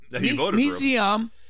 museum